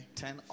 ten